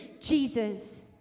Jesus